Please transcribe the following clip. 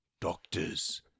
doctors